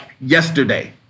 yesterday